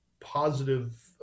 positive